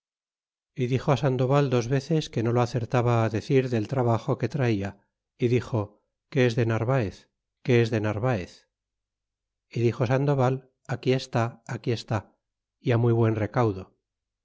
é dixo sandoval dos veces que no lo acertaba decir del trabajo que traia é dixo qué es de narvaez qué es de narvaez e dixo sandoval aquí está aquí está é á muy buen recaudo